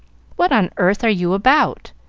what on earth are you about?